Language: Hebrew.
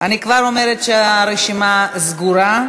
אני כבר אומרת שהרשימה סגורה.